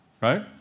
Right